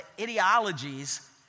ideologies